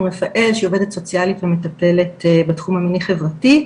רפאל שהיא עובדת סוציאלית ומטפלת בתחום המיני-חברתי.